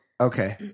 okay